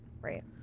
Right